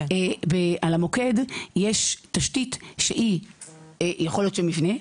על המוקד יש תשתית שהיא יכול להיות מבנה,